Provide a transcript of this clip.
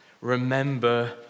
remember